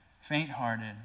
faint-hearted